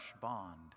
bond